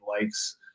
likes